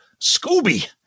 Scooby